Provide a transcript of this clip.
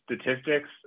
statistics